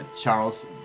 Charles